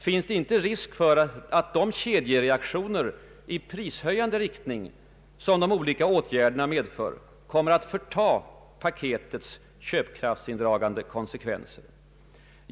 Finns det inte risk för att de kedjereaktioner i prishöjande riktning, som de olika åtgärderna medför, kommer att förta paketets köpkraftsindragande konsekvenser?